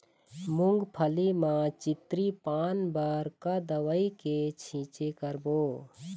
मूंगफली म चितरी पान बर का दवई के छींचे करबो?